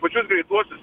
pačius greituosius